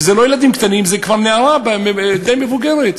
ואלה לא ילדים קטנים, זאת כבר נערה די בוגרת,